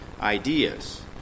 ideas